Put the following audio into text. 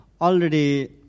Already